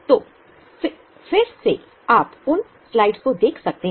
तो आप फिर से उन स्लाइड्स को देख सकते हैं